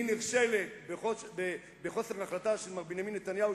היא נכשלת בחוסר החלטה של מר בנימין נתניהו,